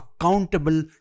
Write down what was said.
accountable